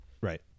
Right